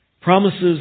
Promises